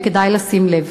וכדאי לשים לב.